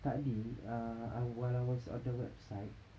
tadi uh while I was on the website